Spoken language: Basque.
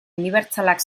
unibertsalak